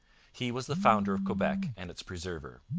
he was the founder of quebec and its preserver.